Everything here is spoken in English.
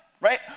Right